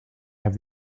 have